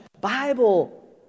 Bible